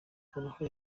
uruhare